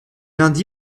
lundi